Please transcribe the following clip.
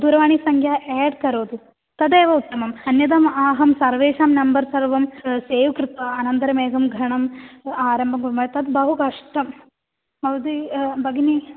दूरवाणीसङ्ख्याम् एड् करोतु तदेव उत्तमम् अन्यद् अहं सर्वेषां नम्बर् सर्वं सेव् कृत्वा अनन्तरम् एकं गणम् आरभ्य तद् बहु कष्टं भवति भगिनी